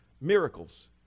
miracles